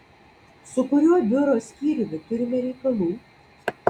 su kuriuo biuro skyriumi turime reikalų